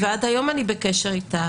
ועד היום אני בקשר איתה.